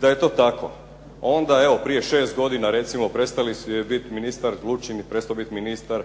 Da je to tako onda evo prije 6 godine recimo prestao je biti ministar Lučin je prestao biti ministar,